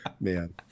man